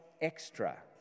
extra